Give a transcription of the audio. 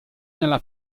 nella